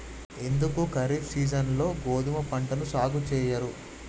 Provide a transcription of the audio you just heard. ఎందుకు ఖరీఫ్ సీజన్లో గోధుమ పంటను సాగు చెయ్యరు?